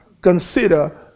consider